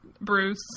Bruce